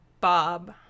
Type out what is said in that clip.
bob